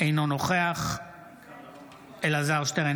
אינו נוכח אלעזר שטרן,